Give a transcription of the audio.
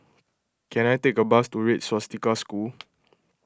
can I take a bus to Red Swastika School